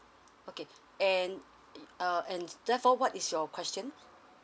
okay and uh and therefore what is your question